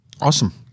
Awesome